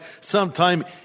sometime